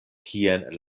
kien